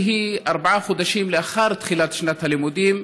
שאלתי היא: ארבעה חודשים לאחר תחילת שנת הלימודים,